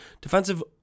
Defensive